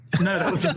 No